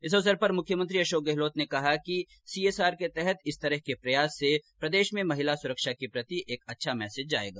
इस अवसर पर मुख्यमंत्री अशोक गहलोत ने कहा कि सीएसआर के तहत इस तरह के प्रयास से प्रदेश में महिला सुरक्षा के प्रति एक अच्छा मैसेज जाएगा